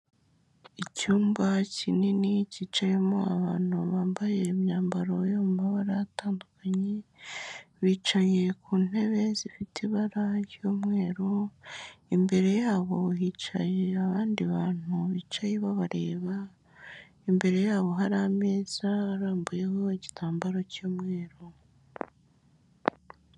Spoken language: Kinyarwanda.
Icyumba kinini cyicayemo abantu bambaye imyambaro yo mu mabara atandukanye, bicaye ku ntebe zifite ibara ry'umweru, imbere yabo hicaye abandi bantu bicaye babareba, imbere yabo hari ameza arambuyeho igitambaro cy'umweru.